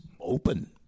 open